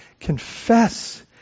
confess